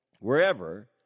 wherever